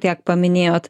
tiek paminėjot